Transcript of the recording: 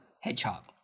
hedgehog